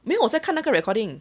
没有我在看那个 recording